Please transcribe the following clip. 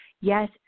Yes